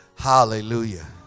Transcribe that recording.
Hallelujah